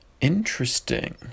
Interesting